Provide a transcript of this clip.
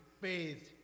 bathed